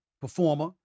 performer